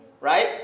right